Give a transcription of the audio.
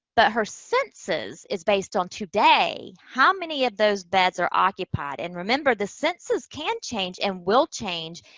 but her census is based on today. how many of those beds are occupied? and remember, the census can change, and will change,